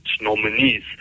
nominees